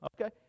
okay